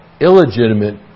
illegitimate